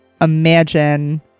imagine